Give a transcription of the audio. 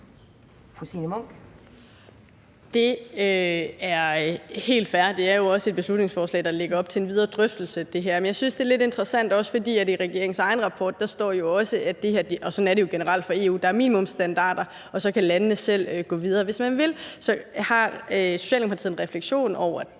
Det er helt fair. Det er jo også et beslutningsforslag, der ligger op til en videre drøftelse. Men jeg synes, det er lidt interessant, fordi det står i regeringens egen rapport. Og sådan er det jo generelt for EU, altså at der er minimumsstandarder, og at landene så selv kan gå videre, hvis de vil. Har Socialdemokratiet en refleksion over det